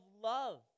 love